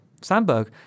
Sandberg